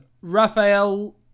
Raphael